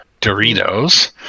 doritos